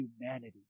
humanity